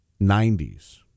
90s